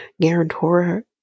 guarantor